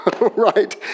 Right